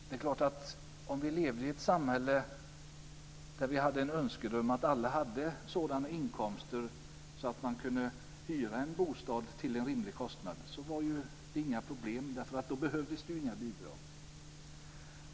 Det är klart att om vi levde i ett drömsamhälle där alla hade sådana inkomster att de kunde hyra en bostad till en rimlig kostnad skulle det ju inte vara några problem. Då skulle det ju inte behövas några bidrag.